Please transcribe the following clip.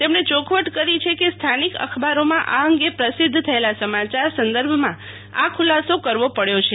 તેમણે ચોખવટ કરી છે કે સ્થાનિક અખબારોમાં આ અંગે પ્રસિદ્વ થયેલા સમાચાર સંદર્ભમાં આ ખુલાસો કરવો પડ્યો છે